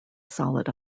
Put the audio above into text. solid